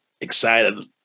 excited